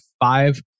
five